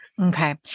Okay